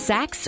Sex